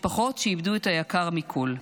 משפחות שאיבדו את היקר מכול.